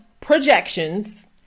projections